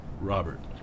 Robert